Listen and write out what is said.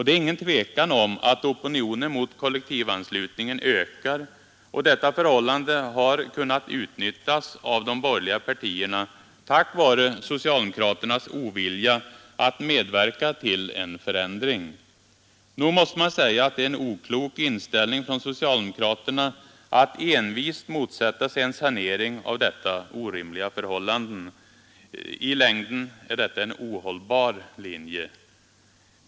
Det är ingen tvekan om att opinionen mot kollektivanslutningen ökar, och detta förhållande har kunnat utnyttjas av de borgerliga partierna, tack vare socialdemokraternas ovilja att medverka till en förändring. Nog måste man säga att det är en oklok inställning från socialdemokraterna att envist motsätta sig en sanering av detta orimliga förhållande. I längden är detta en ohållbar linje.